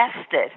tested